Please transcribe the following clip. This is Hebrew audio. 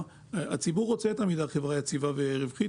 הציבור רוצה את עמידר חברה יציבה ורווחית